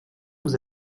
vous